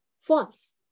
false